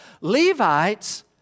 Levites